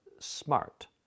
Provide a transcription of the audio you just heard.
smart